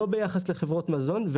לא ביחס לחברות מזון,